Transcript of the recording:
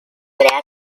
crea